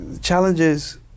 challenges